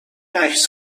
عکس